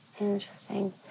interesting